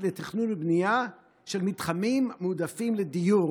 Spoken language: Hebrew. לתכנון ובנייה של מתחמים מועדפים לדיור,